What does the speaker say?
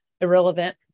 irrelevant